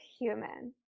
human